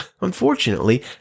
Unfortunately